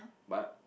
but